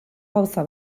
gauza